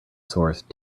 source